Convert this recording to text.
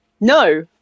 no